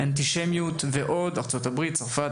ישנם גילויי אנטישמיות רבים, כך גם בצרפת.